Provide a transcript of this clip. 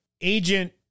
agent